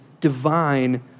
divine